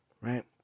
right